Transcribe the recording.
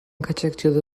kaçakçılığı